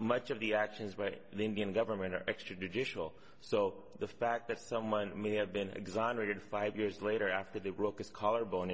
much of the actions right the indian government are extradition will so the fact that someone may have been exonerated five years later after they broke his collarbone